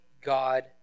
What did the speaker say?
God